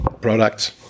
products